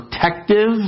protective